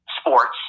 sports